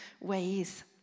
ways